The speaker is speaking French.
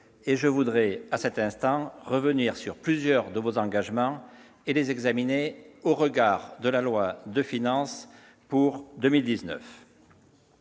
Je voudrais à cet instant revenir sur plusieurs de ses engagements et les examiner au regard du projet de loi de finances pour 2019.